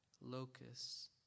locus